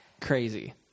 crazy